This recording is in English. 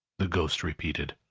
the ghost repeated.